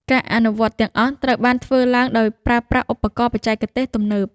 ការអនុវត្តទាំងអស់ត្រូវបានធ្វើឡើងដោយប្រើប្រាស់ឧបករណ៍បច្ចេកទេសទំនើប។